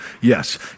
Yes